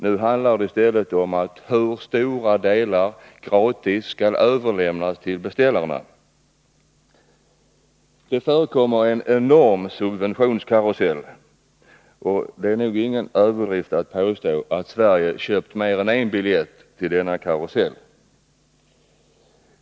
Nu handlar det i stället om hur stora delar som gratis skall överlämnas till beställarna. Det förekommer en enorm subventionskarusell, och det är nog ingen överdrift att påstå att Sverige köpt mer än en biljett till denna karusell.